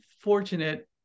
fortunate